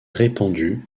répandu